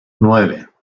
nueve